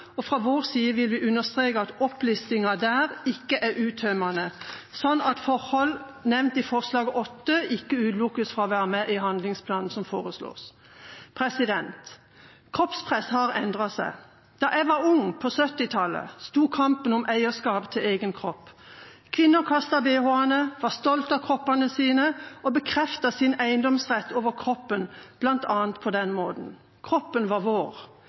Fra vår side vil vi understreke at opplistingen der ikke er uttømmende, slik at forhold nevnt i forslag nr. 8 ikke utelukkes fra å være med i handlingsplanen som foreslås. Kroppspresset har endret seg. Da jeg var ung – på 1970-tallet – sto kampen om eierskap til egen kropp. Kvinner kastet bh-ene, var stolt av kroppen sin og bekreftet sin eiendomsrett over kroppen på bl.a. den måten. Kroppen var vår.